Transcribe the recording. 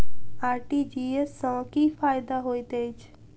RTGS सँ की फायदा होइत अछि?